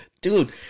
dude